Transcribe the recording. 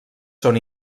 són